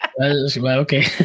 Okay